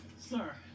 Sir